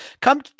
come